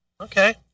Okay